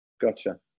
gotcha